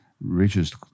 richest